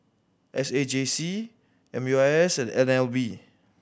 S A J C M U I S and N L B